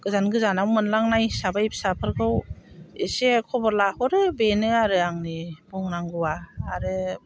गोजान गोजानाव मोनलांनाय हिसाबै फिसाफोरखौ एसे खबर लाहरो बेनो आरो आंनि बुंनांगौआ आरो